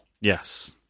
Yes